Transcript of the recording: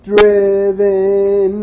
Driven